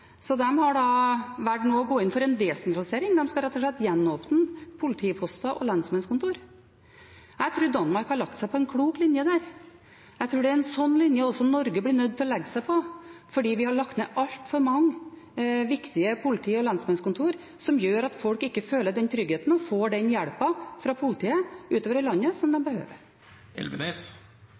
har nå valgt å gå inn for en desentralisering. De skal rett og slett gjenåpne politiposter og lensmannskontor. Jeg tror Danmark har lagt seg på en klok linje der. Jeg tror det er en slik linje også Norge blir nødt til å legge seg på, for vi har lagt ned altfor mange viktige politi- og lensmannskontor, noe som gjør at folk ikke føler den tryggheten og får den hjelpen fra politiet utover i landet som de behøver.